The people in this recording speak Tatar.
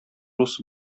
рус